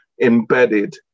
embedded